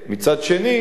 מצד שני,